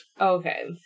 Okay